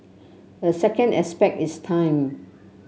a second aspect is time